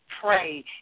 Pray